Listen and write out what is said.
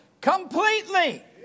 completely